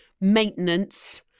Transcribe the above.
maintenance